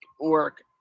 work